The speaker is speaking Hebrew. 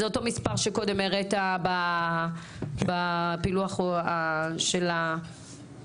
זה אותו מספר שקודם הראית בפילוח של הפגיעות.